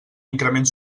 increment